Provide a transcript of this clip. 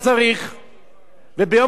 וביום ראשון אני אחזיר אותו לבית-חולים.